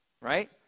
right